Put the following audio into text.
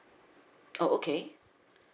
oh okay